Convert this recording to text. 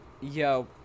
Yo